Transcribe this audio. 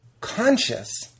conscious